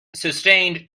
sustained